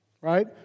right